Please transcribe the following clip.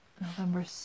November